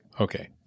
Okay